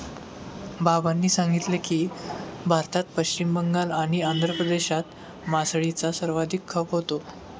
बाबांनी सांगितले की, भारतात पश्चिम बंगाल आणि आंध्र प्रदेशात मासळीचा सर्वाधिक खप होतो